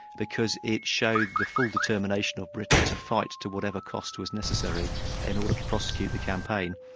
because it showed the full determination of britain to fight to whatever cost was necessary in order to prosecute the campaign.